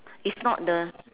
is not the